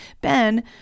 Ben